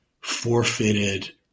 forfeited